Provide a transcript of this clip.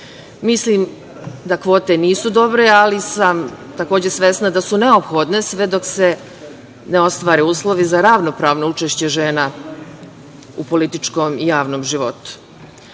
Mislim da kvote nisu dobre, ali sam takođe svesna da su neophodne sve dok se ne ostvare uslovi za ravnopravno učešće žena u političkom i javnom životu. Smatram